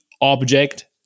object